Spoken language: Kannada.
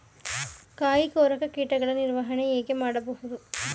ಕಾಯಿ ಕೊರಕ ಕೀಟಗಳ ನಿರ್ವಹಣೆ ಹೇಗೆ ಮಾಡಬಹುದು?